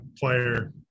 player